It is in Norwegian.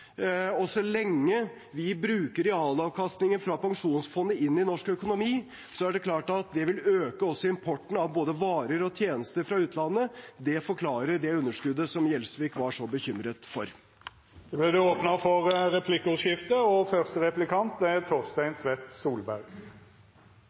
og så lenge vi bruker realavkastningen fra pensjonsfondet i norsk økonomi, er det klart at det også vil øke importen av både varer og tjenester fra utlandet. Det forklarer det underskuddet som Gjelsvik var så bekymret for. Det vert replikkordskifte.